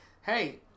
hey